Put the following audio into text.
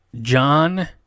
John